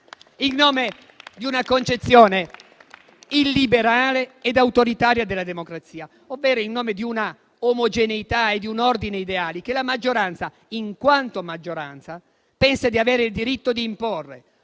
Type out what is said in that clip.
in nome di una concezione illiberale ed autoritaria della democrazia, ovvero in nome di una omogeneità e di un ordine ideali, che la maggioranza, in quanto tale, pensa di avere il diritto di imporre,